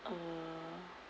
uh